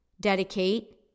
dedicate